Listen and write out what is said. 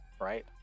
right